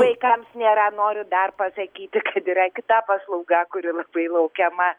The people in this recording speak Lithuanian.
vaikams nėra noriu dar pasakyti kad yra kita paslauga kuri labai laukiama